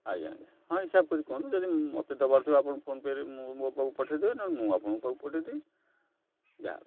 ଆଜ୍ଞା ଆଜ୍ଞା ହଁ ହିସାବ କରି କୁହନ୍ତୁ ଯଦି ମୋତେ ଦବାରଥିବ ଆପଣ ଫୋନ୍ପେରେ ମୁଁ ମୋ ପାଖକୁ ପଠାଇଦେବେ ନହେଲେ ମୁଁ ଆପଣଙ୍କ ପାଖକୁ ପଠାଇଦେବି ଯାହା